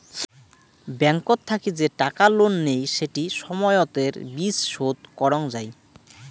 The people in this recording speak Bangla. ব্যাংকত থাকি যে টাকা লোন নেই সেটি সময়তের বিচ শোধ করং যাই